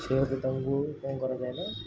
ସେହେତୁରୁ ତାଙ୍କୁ କ'ଣ କରାଯାଏ ନା